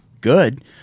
good